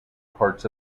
parts